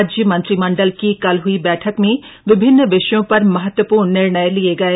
राज्य मंत्रिमंडल की कल हई बैठक में विभिन्न विषयों पर महत्वपूर्ण निर्णय लिये गये